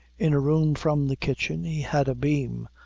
in a room from the kitchen, he had a beam,